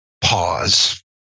pause